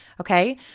Okay